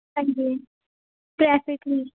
ਹਾਂਜੀ ਟ੍ਰੈਫਿਕ ਨੂੰ